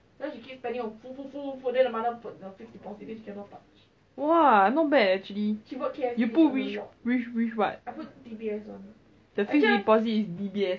orh the one shot they give ah not bad sia